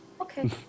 Okay